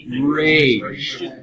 rage